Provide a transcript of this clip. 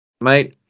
mate